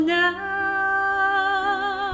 now